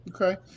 Okay